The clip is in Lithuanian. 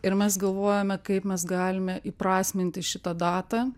ir mes galvojome kaip mes galime įprasminti šitą datą